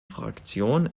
fraktion